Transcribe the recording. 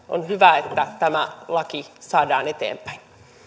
on hyvä että tämä laki saadaan eteenpäin